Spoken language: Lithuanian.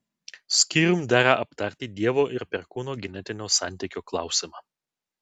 skyrium dera aptarti dievo ir perkūno genetinio santykio klausimą